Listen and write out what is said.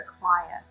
client